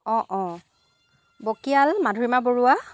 অঁ অঁ বকিয়াল মাধুৰিমা বৰুৱা